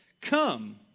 come